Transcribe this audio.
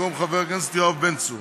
במקום חבר הכנסת יואב בן צור,